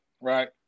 right